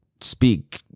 speak